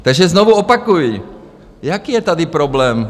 Takže znovu opakuji, jaký je tady problém?